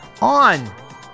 on